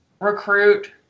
recruit